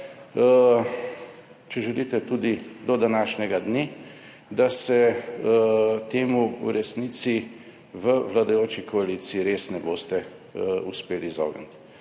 če želite, tudi do današnjega dne, da se temu v resnici v vladajoči koaliciji res ne boste uspeli izogniti.